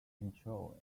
control